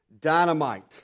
dynamite